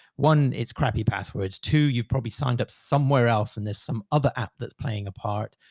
one, it's crappy passwords. two, you've probably signed up somewhere else and there's some other app that's playing apart.